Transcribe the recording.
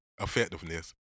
effectiveness